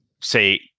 say